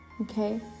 Okay